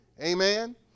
Amen